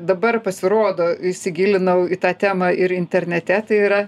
dabar pasirodo įsigilinau į tą temą ir internete tai yra